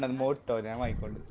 and most valuable